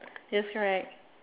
yes correct